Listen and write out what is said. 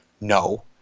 No